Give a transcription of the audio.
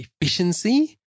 efficiency